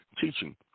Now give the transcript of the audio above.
teaching